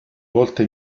volte